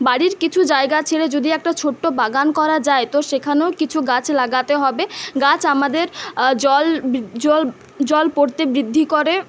বাড়ির কিছু জায়গা ছেড়ে যদি একটা ছোট্ট বাগান করা যায় তো সেখানেও কিছু গাছ লাগাতে হবে গাছ আমাদের জল পড়তে বৃদ্ধি করে